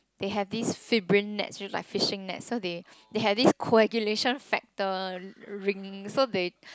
they have these fibrin nets used like fishing nets so they they have this coagulation factor ringing